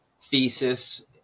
thesis